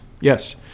yes